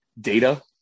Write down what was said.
data